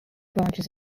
branches